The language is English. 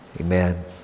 Amen